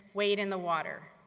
wade in the water.